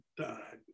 died